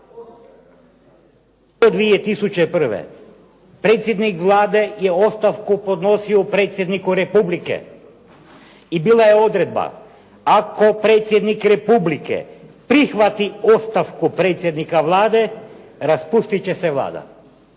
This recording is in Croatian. predsjednik Vlade je ostavku podnosio predsjedniku Republike. I bila je odredba, ako predsjednik Republike prihvati ostavku predsjednika Vlade, raspustit će se Vlada.